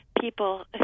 people